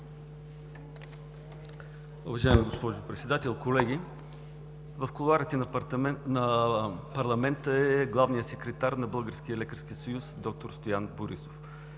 Уважаема госпожо Председател, колеги! В кулоарите на парламента е главният секретар на Българския лекарски съюз доктор Стоян Борисов.